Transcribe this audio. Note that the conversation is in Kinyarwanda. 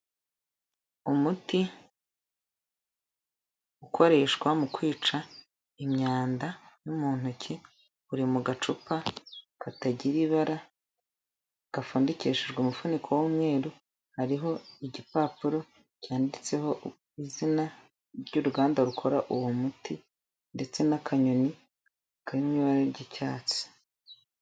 Umuti ukoreshwa mu kwica imyanda yo mu ntoki, uri mu gacupa katagira ibara gapfundikishijwe umufuniko w'umweru, hariho igipapuro cyanditseho izina ry'uruganda rukora uwo muti ndetse n'akanyoni kari mu ibara ry'icyatsi.